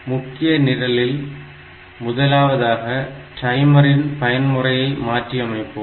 முக்கிய நிரலில் முதலாவதாக டைமரின் பயன்முறையை மாற்றி அமைப்போம்